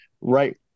right